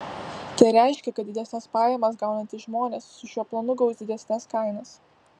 tai reiškia kad didesnes pajamas gaunantys žmonės su šiuo planu gaus didesnes kainas